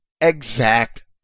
exact